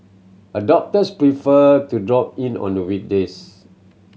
adopters prefer to drop in on the weekdays